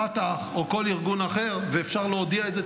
פת"ח או כל ארגון אחר ואפשר להודיע את זה,